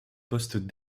poste